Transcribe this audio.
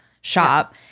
shop